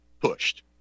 pushed